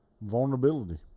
vulnerability